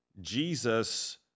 Jesus